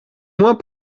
moins